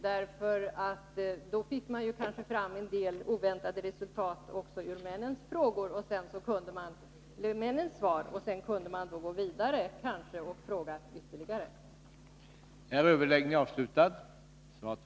Då hade man kanske fått en del oväntade resultat också i männens svar, och sedan hade man kunnat gå vidare med ytterligare frågor.